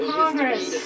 Congress